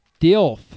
DILF